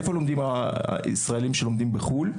איפה לומדים הישראלים שלומדים בחו"ל?